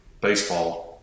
baseball